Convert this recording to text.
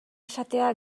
esatea